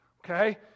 okay